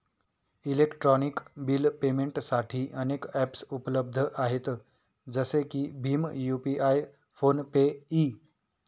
electronic bill पेमेंटसाठी अनेक ॲप्सउपलब्ध आहेत जसे की भीम यू.पि.आय फोन पे इ